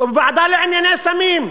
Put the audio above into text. ובוועדה לענייני סמים.